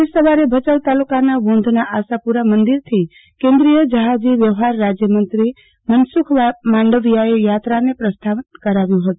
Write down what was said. આજે સવારે ભચાઉ તાલુકાના વોંધના આશાપરા મંદિરથો કન્દ્રીય જહાજો વ્યવહાર રાજયમંત્રી મનસુખ માંડવીયાએ યાત્રાને પ્રસ્થાન કરાવ્યું હત